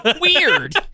Weird